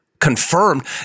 confirmed